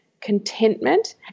contentment